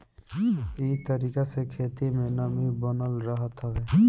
इ तरीका से खेत में नमी बनल रहत हवे